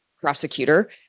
prosecutor